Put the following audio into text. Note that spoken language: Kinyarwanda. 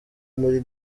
muri